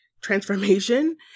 transformation